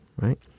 right